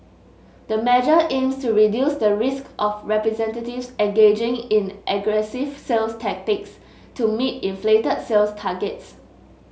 the measure aims to reduce the risk of representatives engaging in aggressive sales tactics to meet inflated sales targets